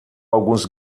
alguns